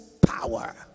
power